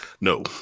No